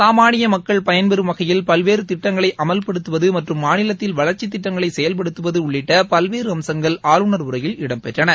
சாமானிய மக்கள் பயன்பெறும் வகையில் பல்வேறு திட்டங்களை அமல்படுத்துவது மற்றும் மாநிலத்தில் வளர்ச்சித் திட்டங்களை செயல்படுத்துவது உள்ளிட்ட பல்வேறு அம்சங்கள் ஆளுநர் உரையில் இடம் பெற்றன